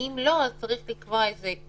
אם לא, צריך לקבוע זמן